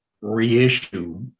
reissue